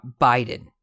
Biden